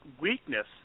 weakness